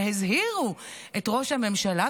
והזהירו את ראש הממשלה.